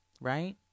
right